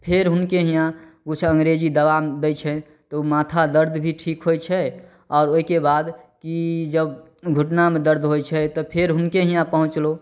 फेर हुनके हियाँ किछु अंग्रेजी दबा दै छै तऽ ओ माथा दर्द भी ठीक होइ छै आओर ओहिके बाद की जब घुटनामे दर्द होइ छै तऽ फेर हुनके हियाँ पहुँचलहुॅं